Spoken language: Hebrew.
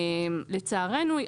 לצערנו,